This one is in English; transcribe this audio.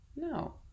No